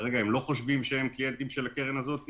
שכרגע הם לא חושבים שהם קליינטים של הקרן הזאת,